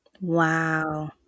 Wow